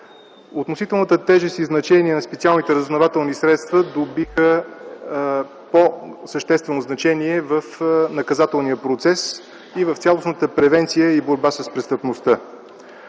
относителната тежест и значение на специалните разузнавателни средства добиха по-съществено значение в наказателния процес и в цялостната превенция и борба с престъпността.